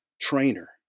trainer